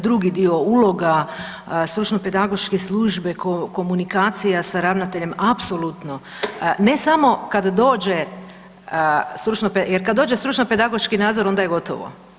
Drugi dio, uloga stručno pedagoške službe, komunikacija sa ravnateljem, apsolutno, ne samo kada dođe stručno pedagoški jer kad dođe stručno pedagoški nadzor, onda je gotovo.